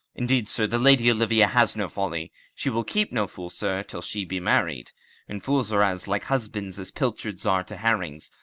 indeed, sir the lady olivia has no folly she will keep no fool, sir, till she be married and fools are as like husbands as pilchards are to herrings,